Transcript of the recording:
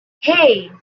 hey